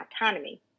autonomy